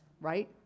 right